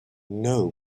know